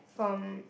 from